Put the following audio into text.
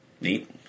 Neat